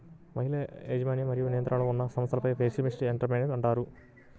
మహిళల యాజమాన్యం మరియు నియంత్రణలో ఉన్న సంస్థలను ఫెమినిస్ట్ ఎంటర్ ప్రెన్యూర్షిప్ అంటారు